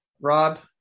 Rob